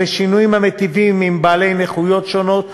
אלה שינויים המיטיבים עם בעלי נכויות שונות,